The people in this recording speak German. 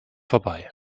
vorbei